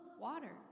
water